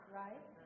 right